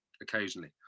occasionally